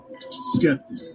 Skeptic